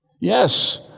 Yes